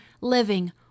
living